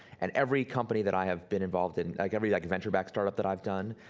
and every company that i have been involved in, like every like venture backed startup that i've done,